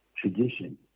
tradition